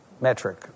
metric